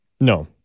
no